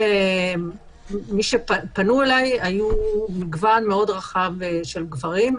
מי שפנה אליי היה מגוון רחב מאוד של גברים,